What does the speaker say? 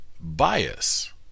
bias